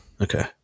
Okay